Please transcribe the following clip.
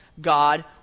God